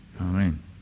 Amen